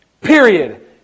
Period